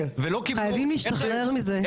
ולא -- אתם חייבים להשתחרר מזה,